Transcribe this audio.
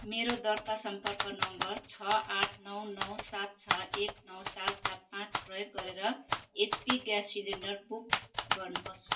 मेरो दर्ता सम्पर्क नम्बर छ आठ नौ नौ सात छ एक नौ चार चार पाँच प्रयोग गरेर एचपी ग्यास सिलिन्डर बुक गर्नुहोस्